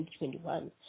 2021